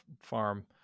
farm